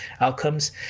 outcomes